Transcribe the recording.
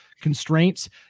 constraints